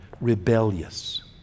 rebellious